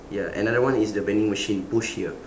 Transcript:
ya another one is the vending machine push here